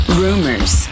rumors